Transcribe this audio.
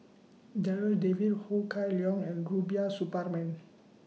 Darryl David Ho Kah Leong and Rubiah Suparman